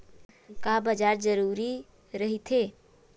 का बार जरूरी रहि थे?